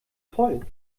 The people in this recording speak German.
toll